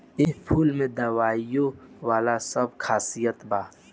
एह फूल में दवाईयो वाला सब खासियत बा